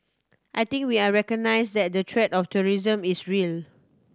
I think we all recognise that the threat of terrorism is real